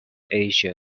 asia